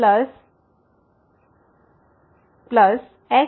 xnn